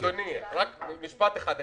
אדוני, רק במשפט אחד.